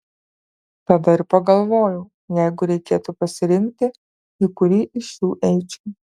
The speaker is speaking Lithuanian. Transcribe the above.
tada ir pagalvojau jeigu reikėtų pasirinkti į kurį iš šių eičiau